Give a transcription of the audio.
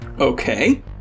Okay